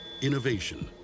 Innovation